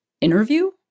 interview